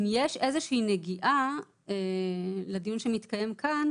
אם יש איזושהי נגיעה לדיון שמתקיים כאן,